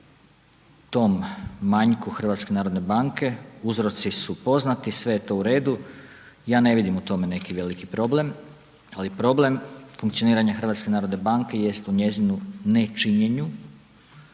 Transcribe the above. tom manjku HNB-a, uzroci su poznati, sve je to u redu, ja ne vidim u tome neki veliki problem ali problem funkcioniranja HNB-a jest u njezinu nečinjenju,